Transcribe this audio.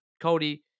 Cody